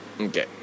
Okay